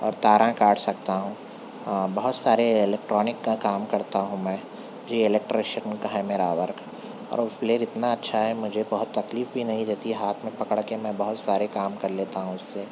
اور تاراں کاٹ سکتا ہوں بہت سارے الیکٹرونک کا کام کرتا ہوں میں جی الیکٹریشن کا ہے میرا ورک اور وہ پلیئر اتنا اچھا ہے مجھے بہت تکلیف بھی نہیں دیتی ہاتھ میں پکڑ کے میں بہت سارے کام کر لیتا ہوں اس سے